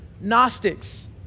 Gnostics